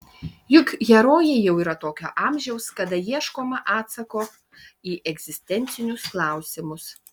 juk herojai jau yra tokio amžiaus kada ieškoma atsako į egzistencinius klausimus